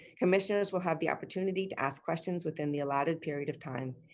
commissioners will have the opportunity, to ask questions within the allotted period of time,